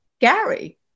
Gary